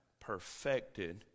perfected